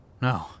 No